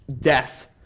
death